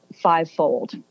fivefold